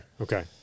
okay